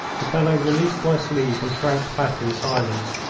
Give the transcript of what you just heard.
the fellow released my sleeve and shrank back in silence,